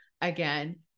again